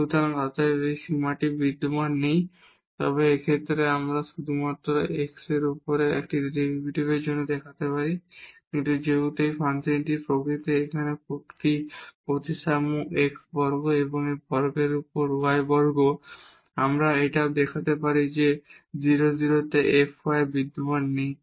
সুতরাং অতএব এই সীমাটি বিদ্যমান নেই এবং এই ক্ষেত্রে আমরা এখন শুধু f x এর উপরে একটি ডেরিভেটিভের জন্য দেখাতে পারি কিন্তু যেহেতু এই ফাংশনের প্রকৃতি এটি এখানে একটি প্রতিসাম্য x বর্গ এবং এই বর্গের উপর y বর্গ আমরা এটাও দেখাতে পারি যে 0 0 এ f y বিদ্যমান নেই